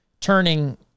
turning